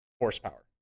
horsepower